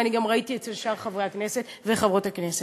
ואני גם ראיתי את זה אצל שאר חברי הכנסת וחברות הכנסת.